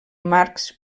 marx